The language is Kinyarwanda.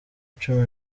cumi